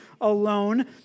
alone